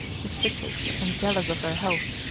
suspicious, and jealous of their health,